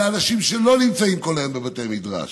לאנשים שלא נמצאים כל היום בבתי מדרש,